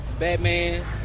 Batman